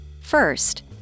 First